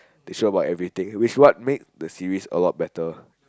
they show about everything which what makes the series a lot better